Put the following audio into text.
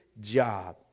job